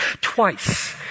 Twice